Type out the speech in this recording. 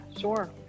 sure